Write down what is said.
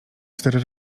cztery